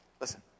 Listen